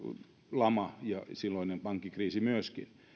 lama ja silloinen pankkikriisi myöskin